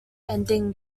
ending